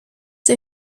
der